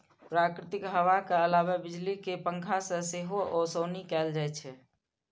प्राकृतिक हवा के अलावे बिजली के पंखा से सेहो ओसौनी कैल जाइ छै